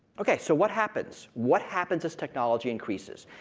ok, so what happens? what happens as technology increases?